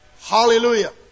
Hallelujah